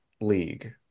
League